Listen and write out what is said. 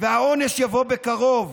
ושהעונש יבוא בקרוב,